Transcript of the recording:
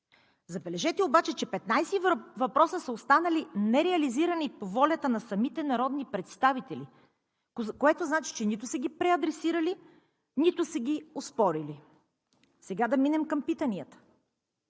Забележете обаче, че 15 въпроса са останали нереализирани по волята на самите народни представители, което значи, че нито са ги преадресирали, нито са ги оспорили. Сега да минем към питанията.